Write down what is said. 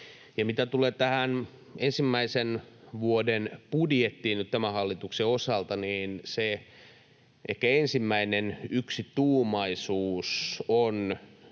mitä tulee tähän ensimmäisen vuoden budjettiin nyt tämän hallituksen osalta, niin se ehkä ensimmäinen yksituumaisuus on